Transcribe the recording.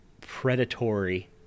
predatory